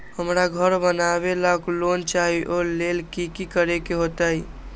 हमरा घर बनाबे ला लोन चाहि ओ लेल की की करे के होतई?